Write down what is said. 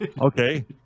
okay